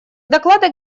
доклада